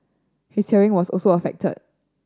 his hearing was also affected